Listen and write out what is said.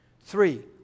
Three